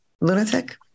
lunatic